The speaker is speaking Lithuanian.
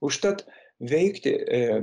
užtat veikti e